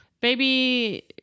Baby